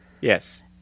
Yes